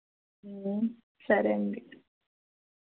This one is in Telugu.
సరే అండి